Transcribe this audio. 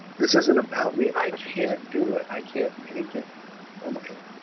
this isn't about me. i can't do it. i can't make it on my own